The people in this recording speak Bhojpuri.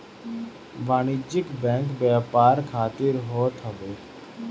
वाणिज्यिक बैंक व्यापार खातिर होत हवे